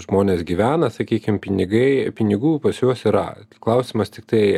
žmonės gyvena sakykim pinigai pinigų pas juos yra klausimas tiktai